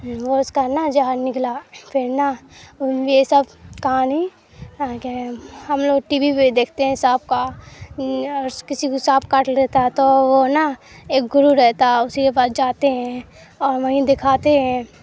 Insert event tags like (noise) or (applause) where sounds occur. وہ اس کا نا زہر نکلا پھر نا ان یہ سب کہانی (unintelligible) ہم لوگ ٹی وی پہ دیکھتے ہیں سانپ کا کسی کو سانپ کاٹ لیتا تو وہ نا ایک گرو رہتا اسی کے پاس جاتے ہیں اور وہیں دکھاتے ہیں